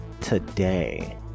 Today